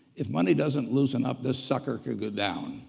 if money doesn't loosen up, this sucker could go down.